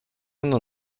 mną